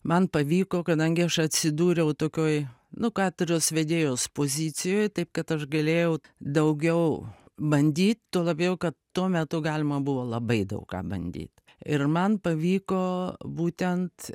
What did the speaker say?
man pavyko kadangi aš atsidūriau tokioj nu katedros vedėjos pozicijoj taip kad aš galėjau daugiau bandyt tuo labiau kad tuo metu galima buvo labai daug ką bandyt ir man pavyko būtent